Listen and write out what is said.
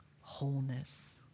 wholeness